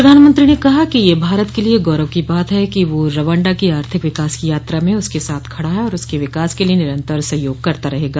प्रधानमंत्री ने कहा कि यह भारत के लिए गौरव की बात है कि वह रवांडा को आर्थिक विकास की यात्रा में उसके साथ खड़ा है और उसके विकास के लिए निरंतर सहयोग करता रहेगा